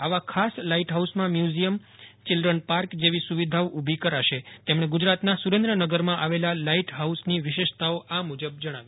આવા ખાસ લાઇટહાઉસમાં મ્યુઝિયમ ચીલ્ફ્રનપાર્ક જેવી સુવિધાઓ ઊભી કરાશે તેમણે ગુજરાતના સુરેન્દ્રનગરમાં આવેલા લાઇટહાઉસની વિશેષતાઓ આ મુજબ જણા વી